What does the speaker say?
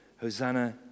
Hosanna